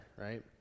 right